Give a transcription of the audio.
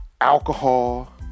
alcohol